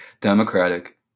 democratic